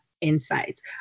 insights